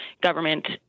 government